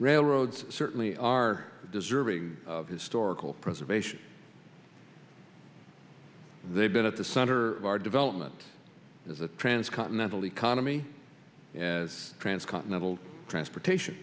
railroads certainly are deserving of historical preservation they've been at the center of our development as a trans continental economy as trans continental transportation